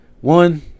one